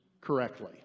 correctly